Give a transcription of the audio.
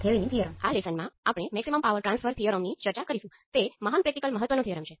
હવે આપણે y parameter છે